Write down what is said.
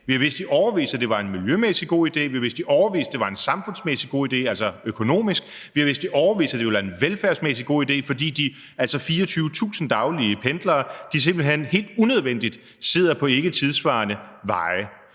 Vi har vidst i årevis, at det var en miljømæssigt god idé. Vi har vidst i årevis, at det var en samfundsmæssigt god idé, altså økonomisk. Vi har vidst i årevis, at det ville være en velfærdsmæssigt god idé, fordi de 24.000 daglige pendlere simpelt hen helt unødvendigt sidder på ikketidssvarende veje.